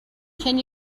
can